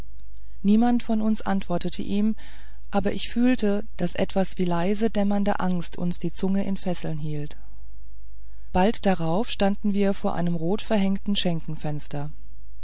niemand von uns antwortete ihm aber ich fühlte daß etwas wie leise dämmernde angst uns die zunge in fesseln hielt bald darauf standen wir vor einem rotverhängten